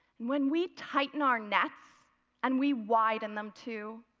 when we tighten our nets and we widen them, too,